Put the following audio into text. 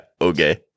okay